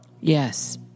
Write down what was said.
Yes